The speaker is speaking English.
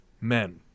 men